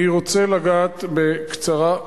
אני רוצה לגעת בקצרה,